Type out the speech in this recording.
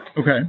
Okay